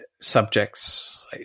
subjects